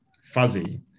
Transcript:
fuzzy